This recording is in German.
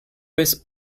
bis